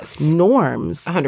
norms